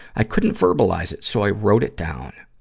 i couldn't verbalize it, so i wrote it down.